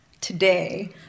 today